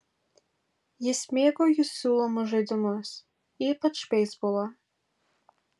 jis mėgo jų siūlomus žaidimus ypač beisbolą